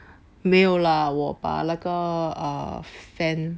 没有啦我把那个 uh fan